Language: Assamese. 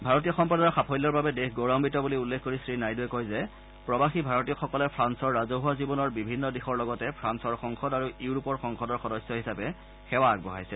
ভাৰতীয় সম্প্ৰদায়ৰ সাফল্যৰ বাবে দেশ গৌৰাৱান্নিত বুলি উল্লেখ কৰি শ্ৰীনাইডূৱে কয় যে প্ৰৱাসী ভাৰতীয়সকলে ফ্ৰান্সৰ ৰাজহুৱা জীৱনৰ বিভিন্ন দিশৰ লগতে ফ্ৰান্সৰ সংসদ আৰু ইউৰোপৰ সংসদৰ সদস্য হিচাপে সেৱা আগবঢ়াইছে